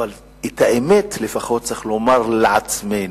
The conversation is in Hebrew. אבל את האמת לפחות צריך לומר לעצמנו.